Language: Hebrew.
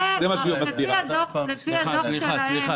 לפי הדוח שלהם